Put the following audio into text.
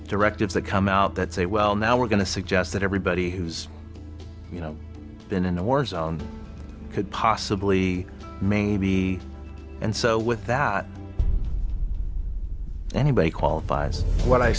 directives that come out that say well now we're going to suggest that everybody who's you know been in a war zone could possibly maybe and so with that anybody qualifies what i